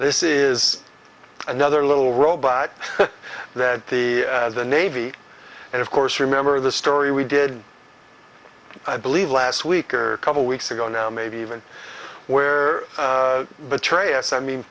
this is another little robot that the navy and of course remember the story we did i believe last week or a couple weeks ago now maybe even where betray us i mean